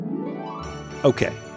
Okay